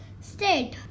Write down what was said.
state